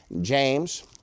James